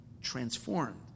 transformed